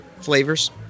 flavors